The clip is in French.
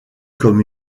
comme